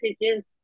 messages